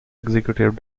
executive